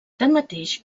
tanmateix